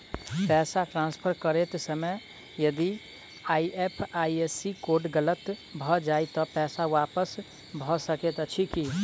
पैसा ट्रान्सफर करैत समय यदि आई.एफ.एस.सी कोड गलत भऽ जाय तऽ पैसा वापस भऽ सकैत अछि की?